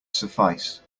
suffice